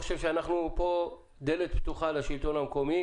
אנחנו פה דלת פתוחה לשלטון המקומי.